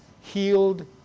healed